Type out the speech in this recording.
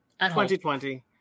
2020